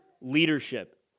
leadership